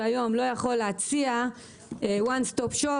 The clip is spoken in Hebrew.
שהיום לא יכול להציע one stop shop,